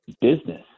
business